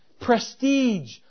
prestige